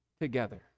together